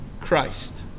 Christ